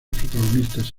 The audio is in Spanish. protagonistas